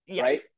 right